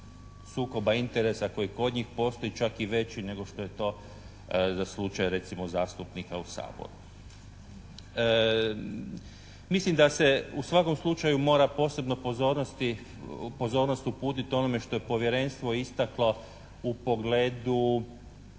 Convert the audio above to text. sukoba interesa koji kod njih postoji čak i veći nego što je to za slučaj recimo zastupnika u Saboru. Mislim da se u svakom slučaju mora posebna pozornost uputiti onome što je Povjerenstvo istaklo u pogledu